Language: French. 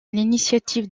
l’initiative